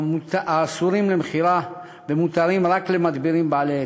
האסורים למכירה ומותרים רק למדבירים בעלי היתר.